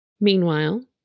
Meanwhile